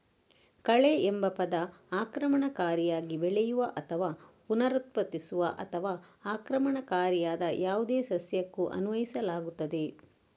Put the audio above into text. ಕಳೆಎಂಬ ಪದ ಆಕ್ರಮಣಕಾರಿಯಾಗಿ ಬೆಳೆಯುವ ಅಥವಾ ಪುನರುತ್ಪಾದಿಸುವ ಅಥವಾ ಆಕ್ರಮಣಕಾರಿಯಾದ ಯಾವುದೇ ಸಸ್ಯಕ್ಕೂ ಅನ್ವಯಿಸಲಾಗುತ್ತದೆ